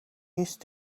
used